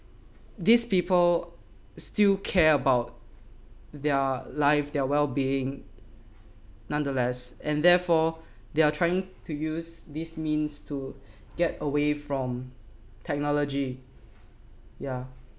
these people still care about their life their well-being nonetheless and therefore they are trying to use this means to get away from technology ya